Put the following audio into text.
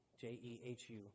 J-E-H-U